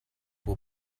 will